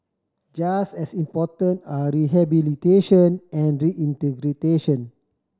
just as important are rehabilitation and reintegration